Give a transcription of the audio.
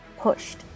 pushed